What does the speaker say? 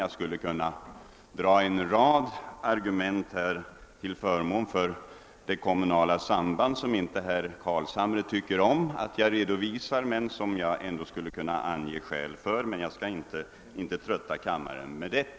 Jag skulle kunna anföra en rad argument till förmån för det kommunala sambandet, som herr Carlshamre inte tycker om att jag redovisar, men jag skall inte trötta kammaren med det.